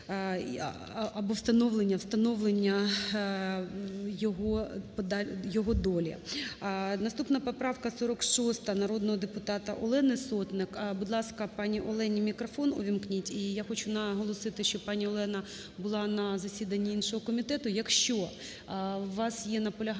або встановлення його долі. Наступна поправка 46 народного депутата Олени Сотник. Будь ласка, пані Олені мікрофон увімкніть. І я хочу наголосити, що пані Олена була на засіданні іншого комітету. Якщо у вас є наполягання